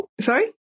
sorry